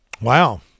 Wow